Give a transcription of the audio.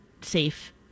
safe